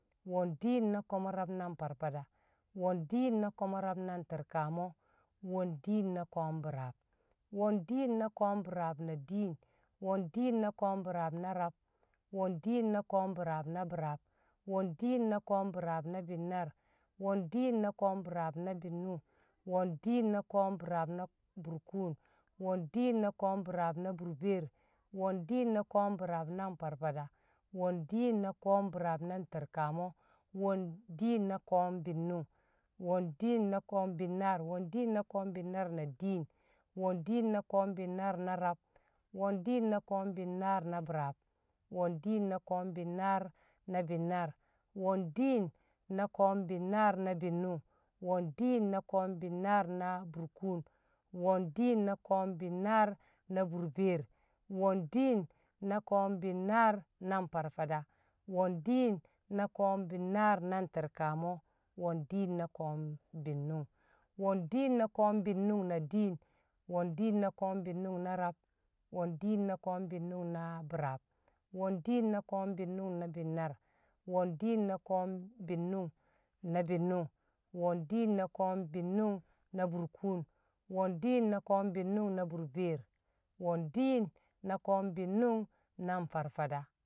Wo̱n diin na ko̱mo̱-rab na nFarFada. Wo̱n diin na ko̱mo̱-rab na nTi̱rkamṵ. Wo̱n diin na ko̱o̱m bi̱raab. Wo̱n diin na ko̱o̱m bi̱raab na diin. Wo̱n diin na ko̱o̱m bi̱raab na rab. Wo̱n diin na ko̱o̱m bi̱raab na biraab. Wo̱n diin na ko̱o̱m bi̱raab na binnaar. Wo̱n diin na ko̱o̱m bi̱raab na bi̱nnṵng. Wo̱n diin na ko̱o̱m bi̱raab na burkun. Wo̱n diin na ko̱o̱m bi̱raab na burbeer. Wo̱n diin na ko̱o̱m bi̱raab na nFarFada. Wo̱n diin na ko̱o̱m bi̱raab na mi̱rkamo. Wo̱n diin na ko̱o̱m bi̱nnung. Wo̱n diin na ko̱o̱m bi̱nnaar. Wo̱n diin na ko̱o̱m- bi̱nnaar na diin. Wo̱n diin na ko̱o̱m- bi̱nnaar na rab. Wo̱n diin na ko̱o̱m- bi̱nnaar na biraab. Wo̱n diin na ko̱o̱m- bi̱nnaar na bi̱nnaar. Wo̱n diin na ko̱o̱m- bi̱nnaar na bi̱nnṵng. Wo̱n diin na ko̱o̱m- bi̱nnaar na burkun. Wo̱n diin na ko̱o̱m- bi̱nnaar na burbeer. Wo̱n diin na ko̱o̱m- bi̱nnaar na nFarFada. Wo̱n diin na ko̱o̱m- bi̱nnaar na nTi̱rkamo. Wo̱n diin na ko̱o̱m- bi̱nnṵng. Wo̱n diin na ko̱o̱m- bi̱nnṵng na diin. Wo̱n diin na ko̱o̱m- bi̱nnṵng na rab. Wo̱n diin na ko̱o̱m- bi̱nnṵng na biraab. Wo̱n diin na ko̱o̱m- bi̱nnṵng na binnaar. Wo̱n diin na ko̱o̱m- bi̱nnṵng na bi̱nnṵng. Wo̱n diin na ko̱o̱m- bi̱nnṵng na burkun. Wo̱n diin na ko̱o̱m- bi̱nnṵng na burbeer. Wo̱n diin na ko̱o̱m- bi̱nnṵng na FarFade